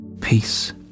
Peace